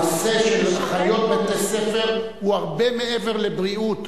הנושא של אחיות בתי-ספר הוא הרבה מעבר לבריאות,